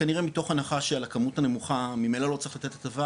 כנראה מתוך הנחה שעל הכמות הנמוכה ממילא לא צריך לתת הטבה,